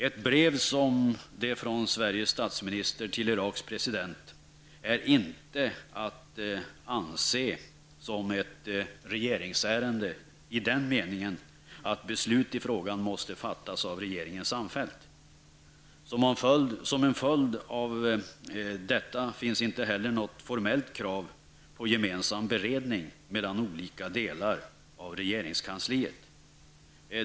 Ett brev som detta från Sveriges statsminister till Iraks president är inte att anse som ett regeringsärende i den meningen att beslut i frågan måste fattas av regeringen samfällt. Som en följd av detta finns inte heller något formellt krav på gemensam beredning mellan olika delar av regeringskansliet.